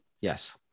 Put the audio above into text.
yes